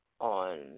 on